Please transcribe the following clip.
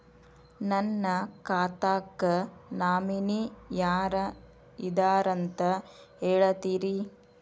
ನನ್ನ ಖಾತಾಕ್ಕ ನಾಮಿನಿ ಯಾರ ಇದಾರಂತ ಹೇಳತಿರಿ?